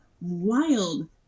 wild